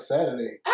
Saturday